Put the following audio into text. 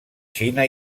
xina